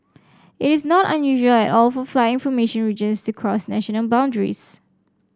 it is not unusual at all for flight information regions to cross national boundaries